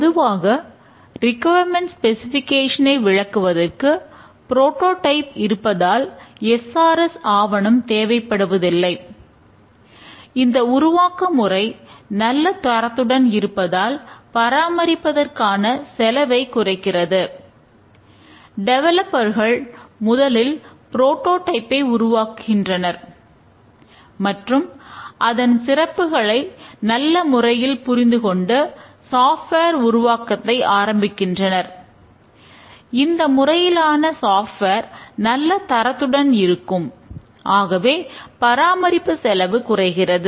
பொதுவாக requirement specification நல்ல தரத்துடன் இருக்கும் ஆகவே பராமரிப்பு செலவு குறைகிறது